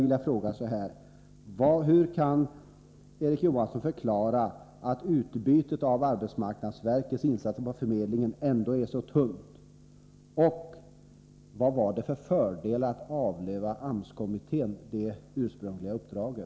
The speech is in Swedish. Därför måste jag fråga: Hur kan Erik Johansson förklara att utbytet av arbetsmarknadsverkets insatser rörande förmedlingen ändå är så dåligt? Vilka fördelar innebär det att ”avlöva” AMS-kommittén det ursprungliga uppdraget?